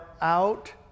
out